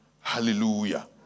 Hallelujah